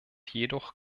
jedoch